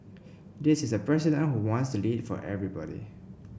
this is a president who wants to lead for everybody